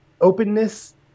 openness